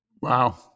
Wow